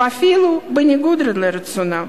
או אפילו בניגוד לרצונם.